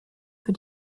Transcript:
für